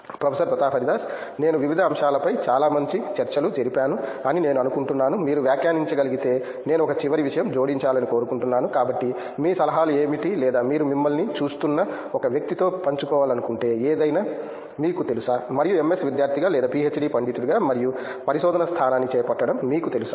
professor Pratap Haridas నేను వివిధ అంశాలపై చాలా మంచి చర్చలు జరిపాను అని నేను అనుకుంటున్నానుమీరు వ్యాఖ్యానించగలిగితే నేను ఒక చివరి విషయం జోడించాలని కోరుకుంటున్నాను కాబట్టి మీ సలహాలు ఏమిటి లేదా మీరు మమ్మల్ని చూస్తున్న ఒక వ్యక్తితో పంచుకోవాలనుకుంటే ఏదైనా మీకు తెలుసా మరియు MS విద్యార్థిగా లేదా పీహెచ్డీ పండితుడిగా మరియు పరిశోధనా స్థానాన్ని చేపట్టడం మీకు తెలుసా